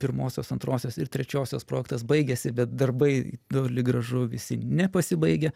pirmosios antrosios ir trečiosios projektas baigėsi bet darbai toli gražu visi nepasibaigė